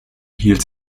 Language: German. hielt